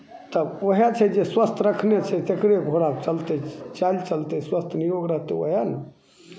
तब उएह छै जे स्वस्थ रखने छै तकरे घोड़ा चलतै चालि चलतै स्वस्थ निरोग रहतै उएह ने